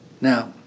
Now